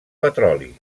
petroli